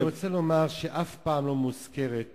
אני רוצה לומר שאף פעם לא מוזכרת בקוראן,